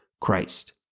Christ